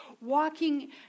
walking